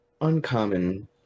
uncommon